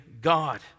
God